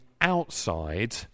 outside